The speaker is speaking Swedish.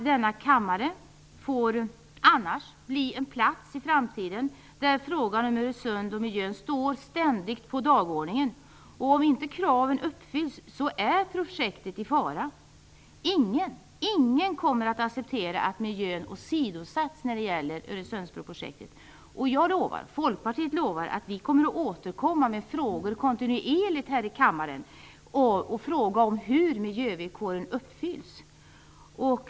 Denna kammare får annars i framtiden bli en plats där frågan om Öresund och miljön ständigt står på dagordningen. Om inte kraven uppfylls är projektet i fara. Ingen kommer att acceptera att miljön åsidosätts i Öresundsbroprojektet. Jag och Folkpartiet lovar att kontinuerligt återkomma med frågor här i kammaren. Vi kommer att fråga om hur miljövillkoren uppfylls.